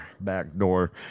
backdoor